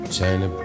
China